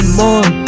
more